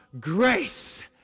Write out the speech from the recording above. grace